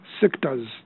sectors